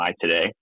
today